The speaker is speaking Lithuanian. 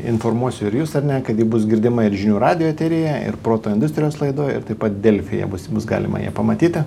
informuosiu ir jus ar ne kad ji bus girdima ir žinių radijo eteryje ir proto industrijos laidoj ir taip pat delfyje bus bus galima ją pamatyti